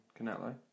canelo